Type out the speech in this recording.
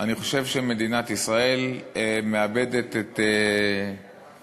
אני חושב שמדינת ישראל מאבדת לאט-לאט